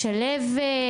משלבת?